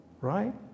right